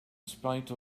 spite